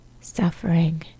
suffering